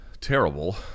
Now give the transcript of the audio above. terrible